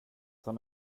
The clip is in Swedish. tar